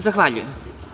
Zahvaljujem.